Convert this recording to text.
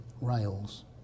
rails